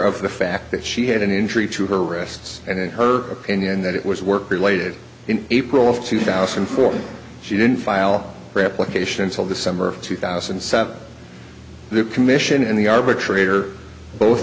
the fact that she had an injury to her wrists and in her opinion that it was work related in april of two thousand and four she didn't file replication until the summer of two thousand and seven the commission and the arbitrator both